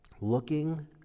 looking